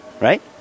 Right